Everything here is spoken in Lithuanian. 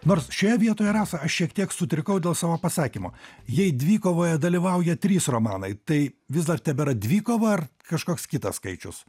nors šioje vietoje rasa aš šiek tiek sutrikau dėl savo pasakymo jei dvikovoje dalyvauja trys romanai tai vis dar tebėra dvikova ar kažkoks kitas skaičius